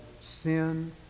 sin